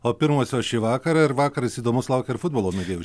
o pirmosios šį vakarą ir vakaras įdomus laukia ir futbolo mėgėjų